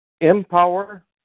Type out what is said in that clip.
Empower